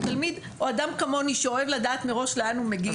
או תלמיד או אדם כמוני שאוהב לדעת מראש לאן הוא מגיע.